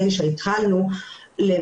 שם מהתחלה יש שילוב גם